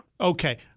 Okay